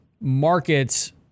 markets